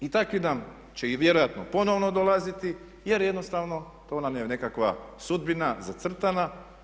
I takvi nam će i vjerojatno i ponovno dolaziti, jer jednostavno to nam je nekakva sudbina zacrtana.